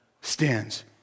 stands